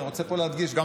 אני רוצה להדגיש פה,